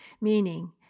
meaning